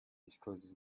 discloses